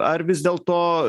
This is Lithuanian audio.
ar vis dėlto